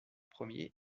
premiers